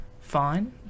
Fine